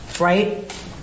right